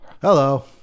Hello